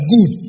Good